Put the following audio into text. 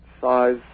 size